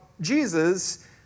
Jesus